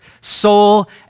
soul